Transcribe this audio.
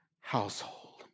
household